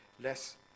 less